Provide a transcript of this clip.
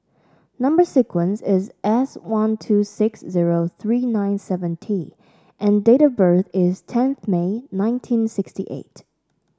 number sequence is S one two six zero three nine seven T and date of birth is tenth May nineteen sixty eight